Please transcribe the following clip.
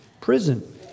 prison